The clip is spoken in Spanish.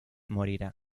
morirá